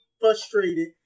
frustrated